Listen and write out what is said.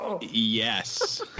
Yes